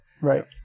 Right